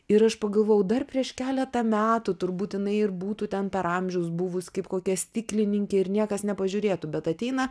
ir aš pagavau dar prieš keletą metų turbūt jinai ir būtų ten per amžius buvus kaip kokia stiklininkė ir niekas nepažiūrėtų bet ateina